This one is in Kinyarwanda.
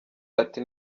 ati